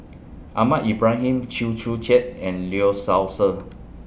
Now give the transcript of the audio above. Ahmad Ibrahim Chew Joo Chiat and Lee Seow Ser